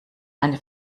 eine